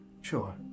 Sure